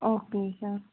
okay sir